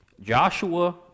Joshua